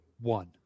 one